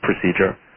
procedure